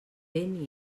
vent